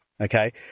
okay